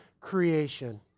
creation